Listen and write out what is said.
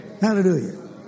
Hallelujah